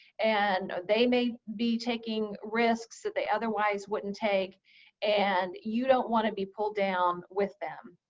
and they may be taking risks that they otherwise wouldn't take and you don't want to be pulled down with them.